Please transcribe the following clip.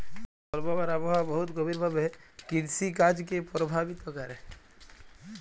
জলবায়ু আর আবহাওয়া বহুত গভীর ভাবে কিরসিকাজকে পরভাবিত ক্যরে